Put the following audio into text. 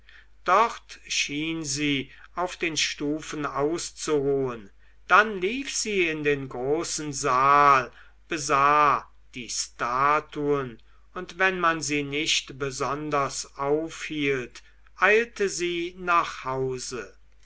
dort schien sie auf den stufen auszuruhen dann lief sie in den großen saal besah die statuen und wenn man sie nicht besonders aufhielt eilte sie nach hause